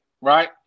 right